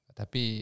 tapi